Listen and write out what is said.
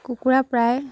কুকুৰা প্ৰায়